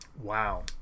Wow